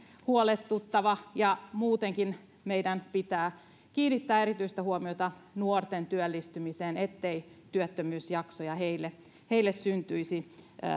huolestuttava ja muutenkin meidän pitää kiinnittää erityistä huomiota nuorten työllistymiseen ettei työttömyysjaksoja heille heille syntyisi